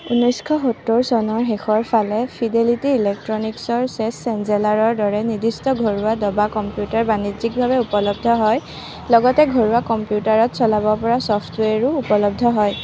ঊনৈছশ সত্তৰ চনৰ শেষৰ ফালে ফিডেলিটি ইলেক্ট্ৰনিকছৰ চেছ চেলেঞ্জাৰৰ দৰে নিৰ্দিষ্ট ঘৰুৱা দবা কম্পিউটাৰ বাণিজ্যিকভাৱে উপলব্ধ হয় লগতে ঘৰুৱা কম্পিউটাৰত চলাব পৰা চফ্টৱেৰও উপলব্ধ হয়